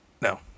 no